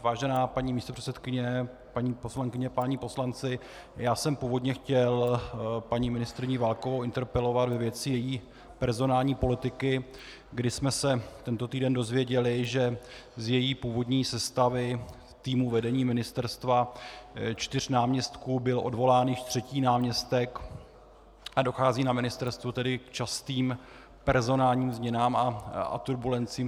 Vážená paní místopředsedkyně, paní poslankyně, páni poslanci, já jsem původně chtěl paní ministryni Válkovou interpelovat ve věci její personální politiky, kdy jsme se tento týden dozvěděli, že z její původní sestavy týmu vedení ministerstva čtyř náměstků byl odvolán již třetí náměstek a dochází na ministerstvu k častým personálním změnám a turbulencím.